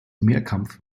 mehrkampf